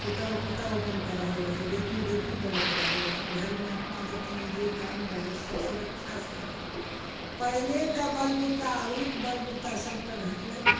पुतहु पुतहु बनि कऽ रहैत रहै बेटी बेटी बनि कऽ रहैत रहै घरमे अपना जितना जे काम रहै सभ सुरक्षासँ करैत रहै पहिलेके बलबुता अभीके बलबुता सभके घटलै ने